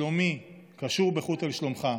"שלומי קשור בחוט אל שלומך":